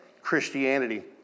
Christianity